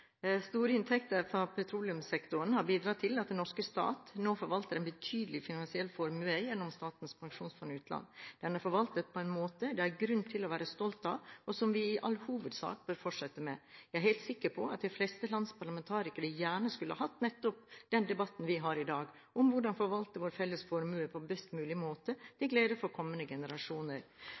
Store inntekter fra petroleumssektoren har bidratt til at den norske stat nå forvalter en betydelig finansiell formue gjennom Statens pensjonsfond utland. Den er forvaltet på en måte det er grunn til å være stolt av, og som vi i all hovedsak bør fortsette med. Jeg er helt sikker på at de fleste lands parlamentarikere gjerne skulle hatt nettopp den debatten vi har i dag – om hvordan vi skal forvalte vår felles formue på best mulig måte til glede for kommende generasjoner.